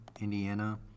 Indiana